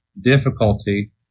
difficulty